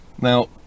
Now